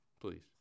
please